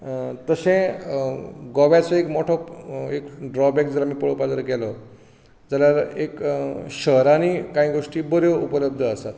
तशें गोव्याचो एक मोठो एक ड्रॉबेक जाला आमी पळोवपाक जरी गेलो जाल्यार एक शहरांनी कांय गोष्टी बऱ्यो उपलब्ध आसात